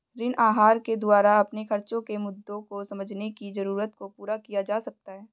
ऋण आहार के द्वारा अपने खर्चो के मुद्दों को समझने की जरूरत को पूरा किया जा सकता है